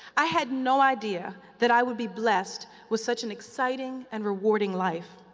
i had no idea that i would be blessed with such an exciting and rewarding life.